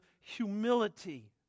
humility